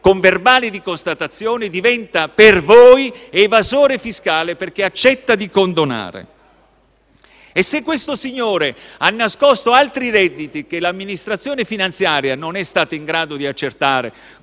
con verbale di constatazione diventa, per voi, evasore fiscale perché accetta di condonare e se questo signore ha nascosto altri redditi che l'amministrazione finanziaria non è stata in grado di accertare